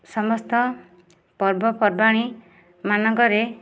ସମସ୍ତ ପର୍ବପର୍ବାଣି ମାନଙ୍କରେ